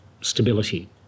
stability